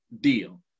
deal